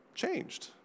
Changed